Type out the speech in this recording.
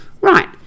Right